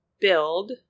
build